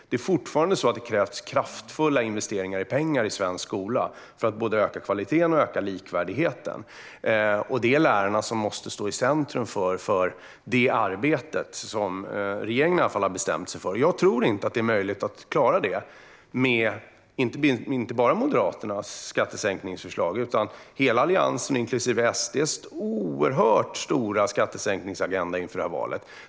Det krävs fortfarande kraftfulla investeringar i pengar i svensk skola för att öka både kvaliteten och likvärdigheten. Det är lärarna som måste stå i centrum för det arbete som regeringen i alla fall har bestämt sig för. Jag tror inte att det är möjligt att klara det med Moderaternas och hela Alliansens, inklusive SD:s, oerhört stora skattesänkningsagenda inför det här valet.